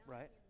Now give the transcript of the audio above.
Right